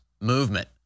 movement